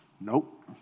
nope